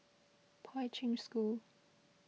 Poi Ching School